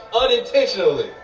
unintentionally